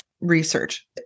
research